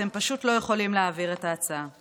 אתם פשוט לא יכולים להעביר את ההצעה.